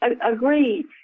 Agreed